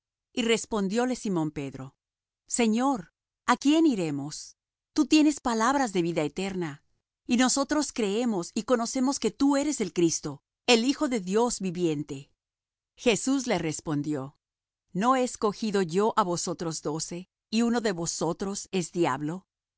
y respondióle simón pedro señor á quién iremos tú tienes palabras de vida eterna y nosotros creemos y conocemos que tú eres el cristo el hijo de dios viviente jesús le respondió no he escogido yo á vosotros doce y uno de vosotros es diablo